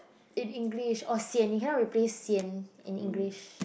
in English or sian you cannot replace sian in English